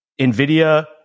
Nvidia